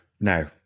no